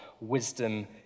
wisdom